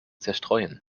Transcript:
zerstreuen